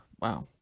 Wow